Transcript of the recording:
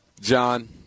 John